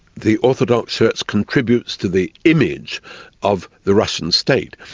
the orthodox church contributes to the image of the russian state.